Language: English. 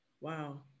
Wow